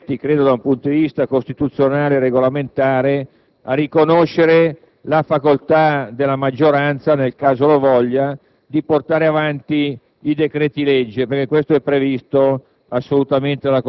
siamo costretti, credo da un punto di vista costituzionale-regolamentare, a riconoscere la facoltà della maggioranza - nel caso lo voglia - di portare avanti l'esame dei decreti-legge, perché questo è previsto